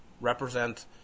represent